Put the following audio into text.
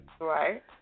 Right